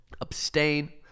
abstain